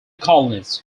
colonists